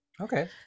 okay